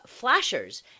flashers